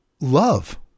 love